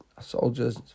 soldiers